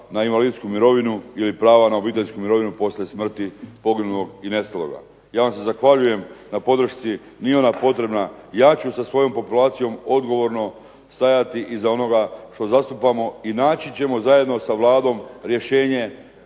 na invalidsku mirovinu ili prava na obiteljsku mirovinu poslije smrti poginulog i nestaloga. Ja vam se zahvaljujem na podršci. Nije ona potrebna. Ja ću sa svojom populacijom odgovorno stajati iza onoga što zastupamo i naći ćemo zajedno sa Vladom rješenje